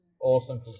awesome